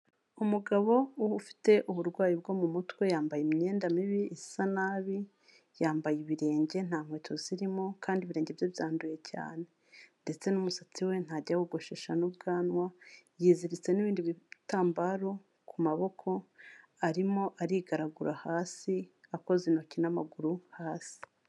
Umugabo ufite uburwayi bwo mu mutwe yambaye imyenda mibi isa nabi, yambaye ibirenge nta nkweto zirimo kandi ibirenge bye byanduye cyane ndetse n'umusatsi we ntajya awogoshesha n'ubwanwa, yiziritse n'ibindi bitambaro ku maboko arimo arigaragura hasi akoza intoki n'amaguru hasi.